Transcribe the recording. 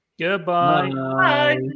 Goodbye